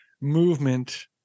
movement